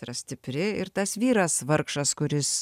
yra stipri ir tas vyras vargšas kuris